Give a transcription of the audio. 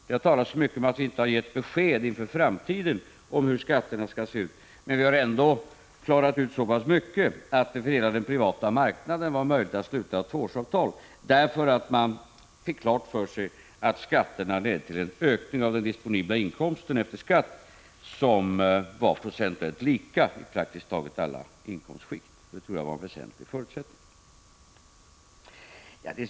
Det har talats mycket om att vi inte har gett besked inför framtiden om hur skatterna skall se ut, men vi har ändå klarat ut så pass mycket att det för hela den privata marknaden var möjligt att sluta tvåårsavtal. Man fick nämligen klart för sig att skatterna ledde till en ökning av den disponibla inkomsten efter skatt som var procentuellt lika i praktiskt taget alla inkomstskikt. Jag tror att det var en väsentlig förutsättning.